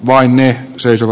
vain ne seisoo